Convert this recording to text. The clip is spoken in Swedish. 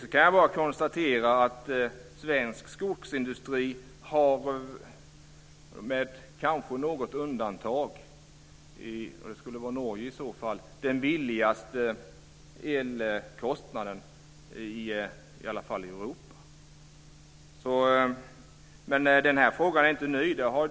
Jag kan bara konstatera att svensk skogsindustri har, kanske med något undantag - det skulle i så fall vara Norge - den lägsta elkostnaden i Europa. Men den här frågan är inte ny.